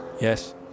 Yes